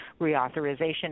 Reauthorization